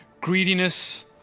Greediness